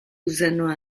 usano